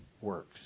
works